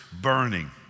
burning